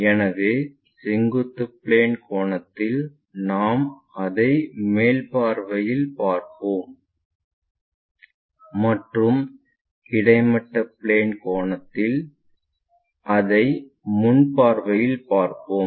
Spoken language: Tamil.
எனவே செங்குத்து பிளேன் கோணத்தில் நாம் அதை மேல் பார்வையில் பார்ப்போம் மற்றும் கிடைமட்ட பிளேன் கோணத்தில் அதை முன் பார்வையில் பார்ப்போம்